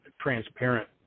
transparent